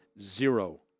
zero